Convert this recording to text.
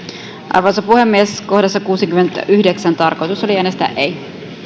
arvoisa puhemies kohdassa kuusikymmentäyhdeksän tarkoitus oli äänestää ei arvoisa